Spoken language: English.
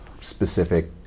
specific